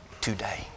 today